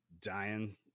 dying